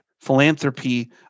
philanthropy